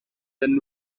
than